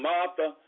Martha